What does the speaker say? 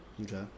Okay